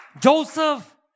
Joseph